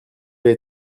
elle